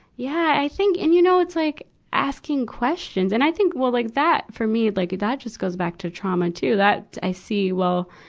yeah. i think, and you know, it's like asking questions. and i think, well like that, for me, like that just goes back to trauma, too. that, i see, well,